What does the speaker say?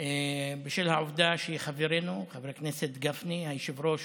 בשל העובדה שחברנו חבר הכנסת גפני, היושב-ראש